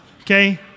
okay